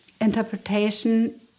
interpretation